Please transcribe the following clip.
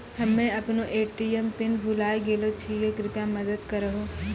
हम्मे अपनो ATM PIN भुलाय गेलो छियै, कृपया मदत करहो